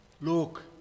Look